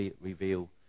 reveal